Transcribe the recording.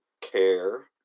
care